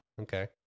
Okay